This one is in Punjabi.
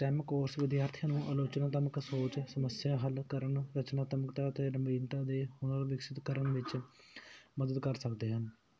ਸਟਿਮ ਕੋਰਸ ਵਿਦਿਆਰਥੀਆਂ ਨੂੰ ਆਲੋਚਨਾਤਮਕ ਸੋਚ ਸਮੱਸਿਆ ਹੱਲ ਕਰਨ ਰਚਨਾਤਮਕਤਾ ਅਤੇ ਨਵੀਨਤਾ ਦੇ ਹੁਨਰ ਵਿਕਸਿਤ ਕਰਨ ਵਿੱਚ ਮਦਦ ਕਰ ਸਕਦੇ ਹਨ